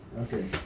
Okay